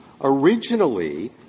Originally